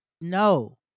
no